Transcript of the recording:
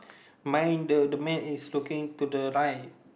mine the the man is looking to the right